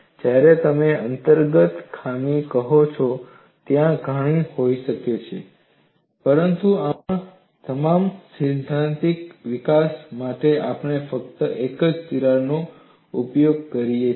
જ્યારે તમે અંતર્ગત ખામી કહો છો ત્યાં ઘણા હોઈ શકે છે પરંતુ અમારા તમામ સૈદ્ધાંતિક વિકાસ માટે આપણે ફક્ત એક જ તિરાડનો ઉપયોગ કરીએ છીએ